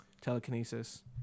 telekinesis